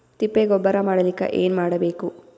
ತಿಪ್ಪೆ ಗೊಬ್ಬರ ಮಾಡಲಿಕ ಏನ್ ಮಾಡಬೇಕು?